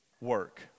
work